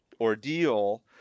ordeal